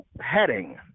heading